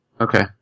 Okay